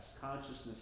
consciousness